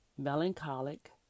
melancholic